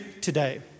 today